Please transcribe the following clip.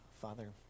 Father